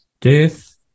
death